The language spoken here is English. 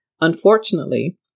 Unfortunately